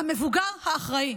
המבוגר האחראי.